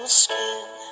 skin